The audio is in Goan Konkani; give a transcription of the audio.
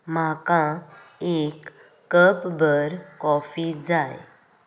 म्हाका एक कपभर काॅफी जाय